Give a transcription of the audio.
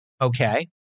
Okay